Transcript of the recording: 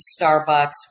starbucks